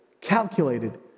calculated